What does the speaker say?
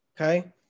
Okay